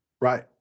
Right